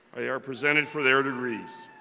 they are presented for their degrees.